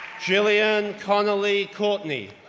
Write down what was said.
gillian colony courtney,